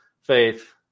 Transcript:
faith